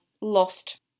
lost